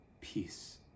Peace